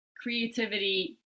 creativity